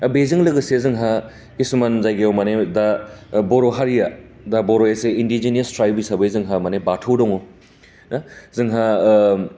बेजों लोगोसे जोंहा खिसुमान जायगायाव माने दा बर' हारिया बर'आ इण्डिजिनियास ट्राइप हिसाबै जोंहा माने बाथौ दं दा जोंहा